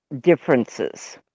differences